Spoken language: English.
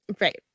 right